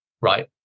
right